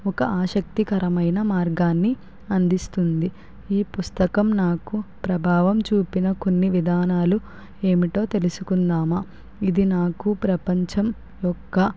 ఒక ఆసక్తికరమైన మార్గాన్ని అందిస్తుంది ఈ పుస్తకం నాకు ప్రభావం చూపిన కొన్ని విధానాలు ఏమిటో తెలుసుకుందామా ఇది నాకు ప్రపంచం యొక్క